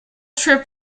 trip